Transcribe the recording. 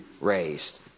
raised